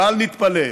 בל נתפלא,